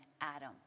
adam